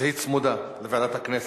והיא צמודה, הכנסת.